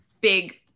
big